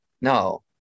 no